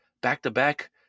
back-to-back